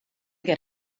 get